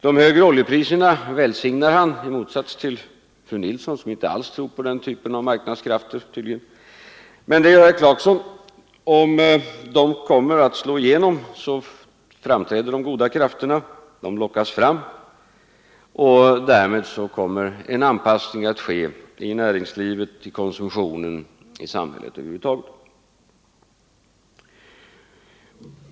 De högre oljepriserna välsignar han i motsats till fru Nilsson i Kristianstad som inte alls tror på den typen av marknadskrafter. Men herr Clarkson menar att om de höga oljepriserna får slå igenom så lockas de goda marknadskrafterna fram, och det sker då en anpassning i näringslivet, konsumtionen och i samhället över huvud taget.